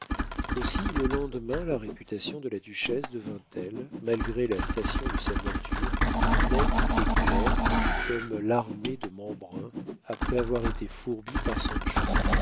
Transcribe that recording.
aussi le lendemain la réputation de la duchesse devint-elle malgré la station de sa voiture nette et claire comme l'armet de mambrin après avoir été fourbi par